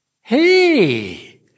Hey